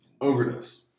Overdose